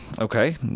Okay